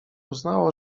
uznało